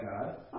God